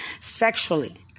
sexually